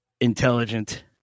intelligent